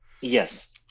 yes